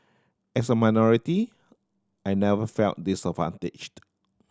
as a minority I never felt disadvantaged